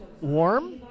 warm